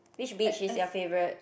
which beach is your favourite